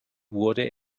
wurde